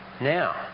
Now